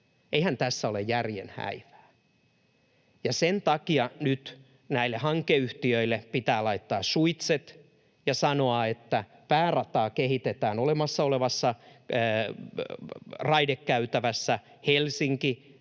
Eihän tässä ole järjen häivää. Ja sen takia nyt näille hankeyhtiöille pitää laittaa suitset ja sanoa, että päärataa kehitetään olemassa olevassa raidekäytävässä